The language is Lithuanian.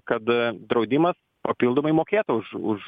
kad draudimas papildomai mokėtų už už